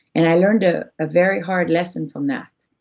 and i learned a ah very hard lesson from that.